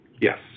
yes